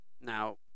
Now